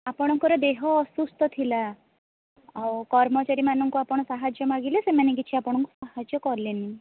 ଆପଣଙ୍କର ଦେହ ଅସୁସ୍ଥ ଥିଲା ଆଉ କର୍ମଚାରୀମାନଙ୍କୁ ଆପଣ ସାହାଯ୍ୟ ମାଗିଲେ ସେମାନେ କିଛି ଆପଣଙ୍କୁ ସାହାଯ୍ୟ କଲେନି